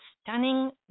stunning